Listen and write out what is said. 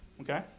Okay